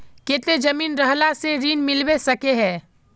केते जमीन रहला से ऋण मिलबे सके है?